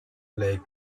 like